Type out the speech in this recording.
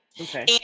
Okay